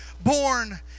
born